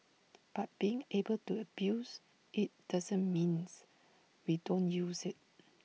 but being able to abuse IT doesn't means we don't use IT